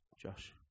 Josh